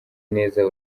neza